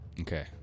Okay